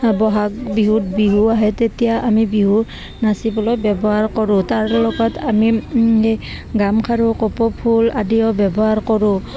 বহাগ বিহুত বিহু আহে তেতিয়া আমি বিহু নাচিবলৈ ব্যৱহাৰ কৰোঁ তাৰ লগত আমি এই গামখাৰু কপৌ ফুল আদিও ব্যৱহাৰ কৰোঁ